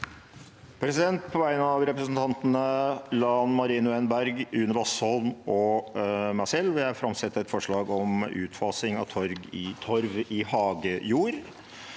På vegne av re- presentantene Lan Marie Nguyen Berg, Une Bastholm og meg selv vil jeg framsette et forslag om utfasing av torv i hagejord.